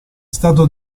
stato